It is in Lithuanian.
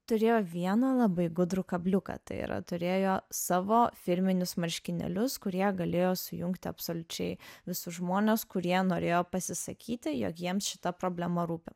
turėjo vieną labai gudrų kabliuką tai yra turėjo savo firminius marškinėlius kur jie galėjo sujungti absoliučiai visus žmones kurie norėjo pasisakyti jog jiems šita problema rūpi